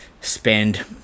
spend